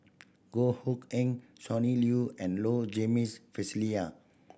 Goh Hood Keng Sonny Liew and Low Jimenez